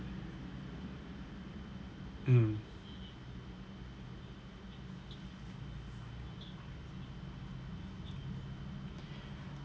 mm